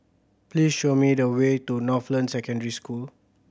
please show me the way to Northland Secondary School